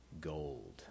gold